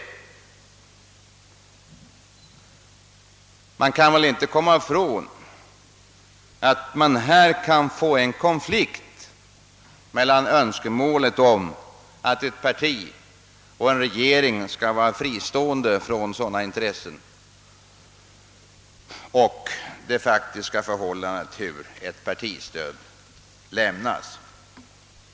Vi kan väl inte komma ifrån att det kan uppstå en konflikt mellan önskemålet om att ett parti, särskilt om det då sitter i regeringsställning, skall vara fristående från sådana intressen, och frågan om hur ett partistöd lämnas.